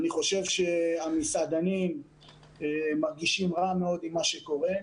אני חושב שהמסעדנים מרגישים רע מאוד עם מה שקורה,